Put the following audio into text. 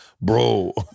bro